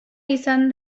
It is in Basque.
izan